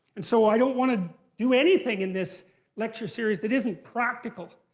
and so i don't want to do anything in this lecture series that isn't practical.